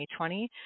2020